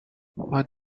what